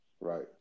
Right